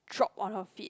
drop on her feet